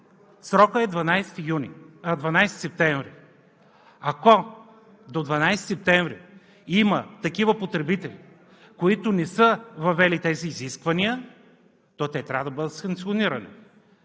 Срокът е 12 септември. Ако до 12 септември има такива потребители, които не са въвели тези изисквания, то те трябва да бъдат санкционирани.